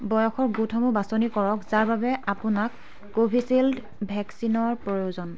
বয়সৰ গোটসমূহ বাচনি কৰক যাৰ বাবে আপোনাক কোভিচিল্ড ভেকচিনৰ প্ৰয়োজন